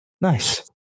Nice